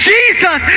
Jesus